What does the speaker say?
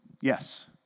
Yes